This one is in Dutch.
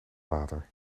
water